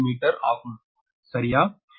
15 metre ஆகும் சரியா